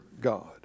God